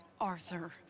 Arthur